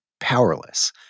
powerless